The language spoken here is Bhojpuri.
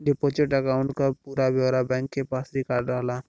डिपोजिट अकांउट क पूरा ब्यौरा बैंक के पास रिकार्ड रहला